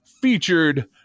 Featured